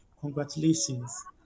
congratulations